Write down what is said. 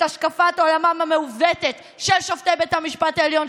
השקפת עולמם המעוותת של שופטי בית המשפט העליון,